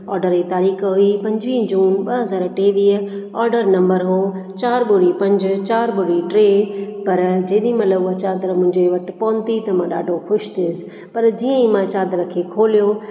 order जी तारीख़ हुई पंजवीह जून ॿ हज़ारु टेवीह ऑर्डर नम्बर हुयो चार ॿुड़ी पंज चार ॿुड़ी टे पर जेॾी महिल उहा चादर मुंहिंजे वटि पोहती त मां ॾाढो ख़ुशि थियसि पर जीअं हि मां चादर खे खोलियो